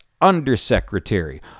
Undersecretary